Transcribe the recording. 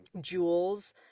jewels